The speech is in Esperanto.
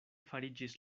fariĝis